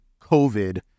COVID